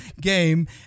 game